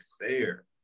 fair